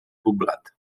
poblat